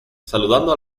saludando